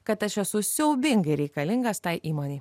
kad aš esu siaubingai reikalingas tai įmonei